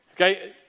Okay